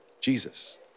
Jesus